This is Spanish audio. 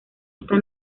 esta